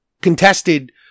contested